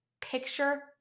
Picture